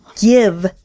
give